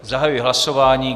Zahajuji hlasování.